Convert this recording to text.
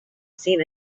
seen